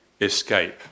escape